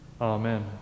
Amen